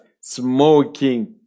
smoking